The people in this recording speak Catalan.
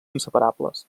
inseparables